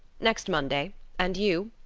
next monday and you?